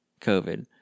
COVID